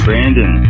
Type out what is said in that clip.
Brandon